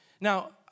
Now